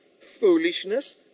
foolishness